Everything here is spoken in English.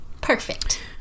Perfect